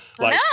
No